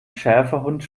schäferhund